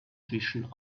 zwischen